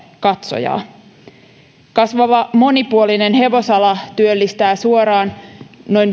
katsojaa kasvava monipuolinen hevosala työllistää suoraan noin